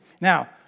Now